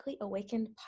awakened